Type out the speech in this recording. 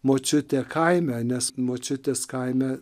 močiutė kaime nes močiutės kaime